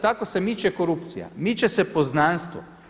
Tako se miče korupcija, miče se poznanstvo.